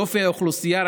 לאופי האוכלוסייה.